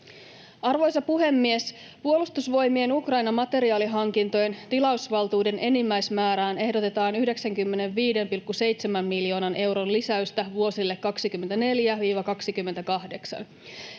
Arvoisa puhemies! Puolustusvoimien Ukraina-materiaalihankintojen tilausvaltuuden enimmäismäärään ehdotetaan 95,7 miljoonan euron lisäystä vuosille 24—28.